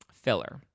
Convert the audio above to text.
filler